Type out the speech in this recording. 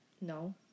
No